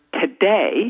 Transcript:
today